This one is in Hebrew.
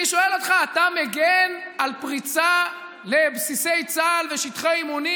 אני שואל אותך: אתה מגן על פריצה לבסיסי צה"ל ושטחי אימונים?